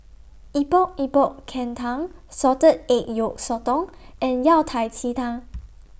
Epok Epok Kentang Salted Egg Yolk Sotong and Yao Tang